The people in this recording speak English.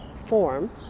form